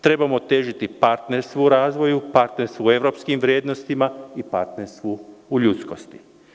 Trebamo težiti partnerstvu u razvoju, partnerstvu u evropskim vrednostima i partnerstvu u ljudskosti.